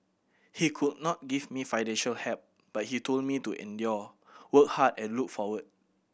he could not give me financial help but he told me to endure work hard and look forward